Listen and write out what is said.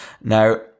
now